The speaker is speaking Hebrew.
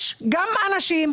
יש גם אנשים,